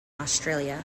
australia